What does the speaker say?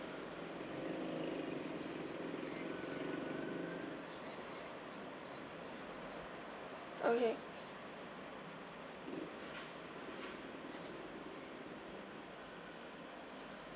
okay